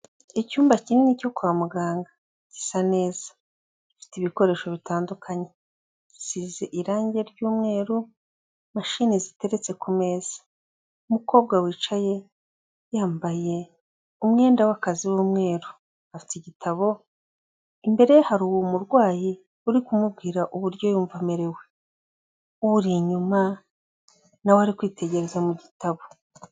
Icyumba kinini cyo kwa muganga gisa neza, gifite ibikoresho bitandukanye gisize irange ry'umweru, imashini ziteretse kumeza, umukobwa wicaye yambaye umwenda w'akazi w'umweru afite igitabo, imbere ye hari umurwayi uri kumubwira uburyo yumva amerewe, uri inyuma nawe ari kwitegereza mu gitabo.